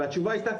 והתשובה הייתה,